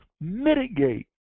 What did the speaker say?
mitigate